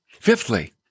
Fifthly